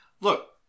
Look